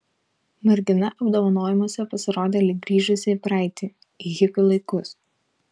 mergina apdovanojimuose pasirodė lyg grįžusi į praeitį į hipių laikus